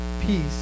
peace